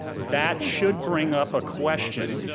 that should bring up a question